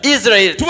Israel